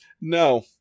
no